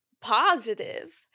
positive